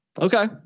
Okay